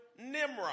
Nimrod